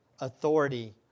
authority